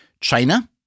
China